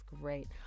great